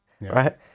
Right